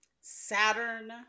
Saturn